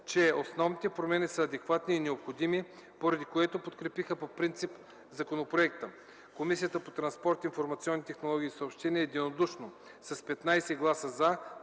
че основните промени са адекватни и необходими, поради което подкрепиха по принцип законопроекта. Комисията по транспорт, информационни технологии и съобщения единодушно, с 15 гласа „за”,